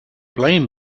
blame